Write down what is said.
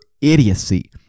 idiocy